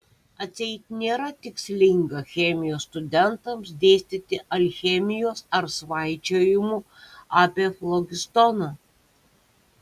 atseit nėra tikslinga chemijos studentams dėstyti alchemijos ar svaičiojimų apie flogistoną